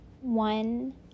one